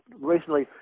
recently